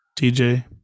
TJ